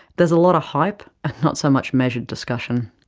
there is a lot of hype and not so much measured discussion.